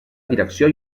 direcció